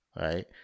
Right